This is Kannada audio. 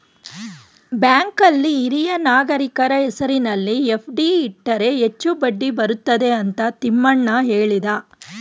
ಬ್ಯಾಂಕಲ್ಲಿ ಹಿರಿಯ ನಾಗರಿಕರ ಹೆಸರಿನಲ್ಲಿ ಎಫ್.ಡಿ ಇಟ್ಟರೆ ಹೆಚ್ಚು ಬಡ್ಡಿ ಬರುತ್ತದೆ ಅಂತ ತಿಮ್ಮಣ್ಣ ಹೇಳಿದ